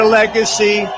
legacy